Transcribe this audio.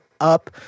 up